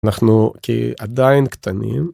אנחנו עדיין קטנים.